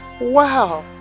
Wow